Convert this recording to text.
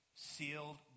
sealed